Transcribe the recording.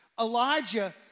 Elijah